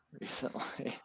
recently